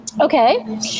okay